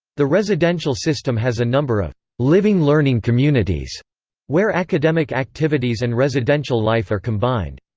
the residential system has a number of living-learning communities where academic activities and residential life are combined.